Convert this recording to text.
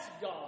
God